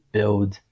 Build